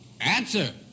Answer